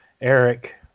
Eric